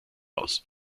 aus